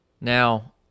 Now